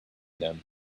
them